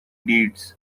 deeds